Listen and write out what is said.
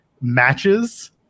matches